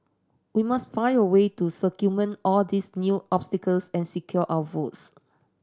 we must find a way to circumvent all these new obstacles and secure our votes